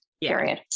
period